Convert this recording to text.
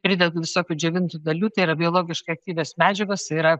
pridedu visokių džiovintų dalių tai yra biologiškai aktyvios medžiagos yra